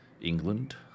England